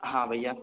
हाँ भैया